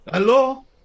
Hello